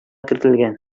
кертелгән